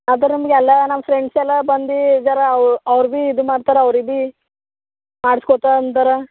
ಅದು ನಮ್ಗೆ ಎಲ್ಲಾ ನಮ್ಮ ಫ್ರೆಂಡ್ಸ್ ಎಲ್ಲ ಬಂದು ಜರ ಅವ್ ಅವ್ರ ಬೀ ಇದು ಮಾಡ್ತರ ಅವ್ರಿಗೆ ಬಿ ಮಾಡ್ಸ್ಕೊತರ ಅಂದರ